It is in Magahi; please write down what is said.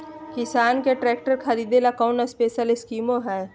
किसान के ट्रैक्टर खरीदे ला कोई स्पेशल स्कीमो हइ का?